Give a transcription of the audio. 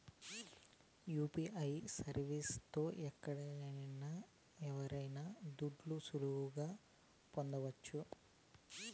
UPI service తో ఎక్కడికైనా ఎవరికైనా దుడ్లు సులువుగా పంపొచ్చు